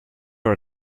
are